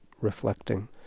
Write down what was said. reflecting